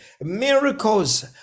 miracles